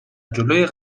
جلوی